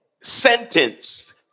Sentenced